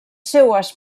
seues